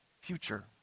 future